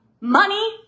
Money